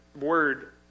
word